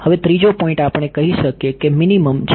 હવે ત્રીજો પોઈન્ટ આપણે કહી શકીએ કે મિનિમમ છે